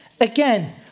Again